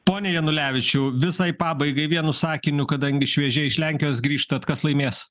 pone janulevičiau visai pabaigai vienu sakiniu kadangi šviežiai iš lenkijos grįžtat kas laimės